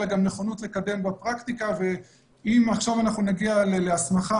אלא גם נכונות לקדם בפרקטיקה ואם עכשיו אנחנו נגיע להסמכה